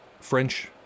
French